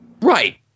Right